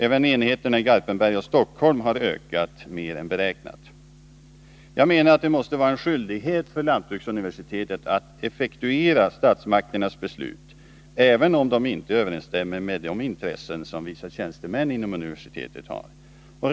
Även enheterna i Garpenberg och Stockholm har ökat mer än beräknat. Det måste vara en skyldighet för lantbruksuniversitetet att effektuera statsmakternas beslut, även om det inte överensstämmer med de intressen som vissa tjänstemän inom universitetet har.